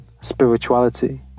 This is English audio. spirituality